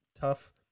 tough